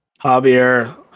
Javier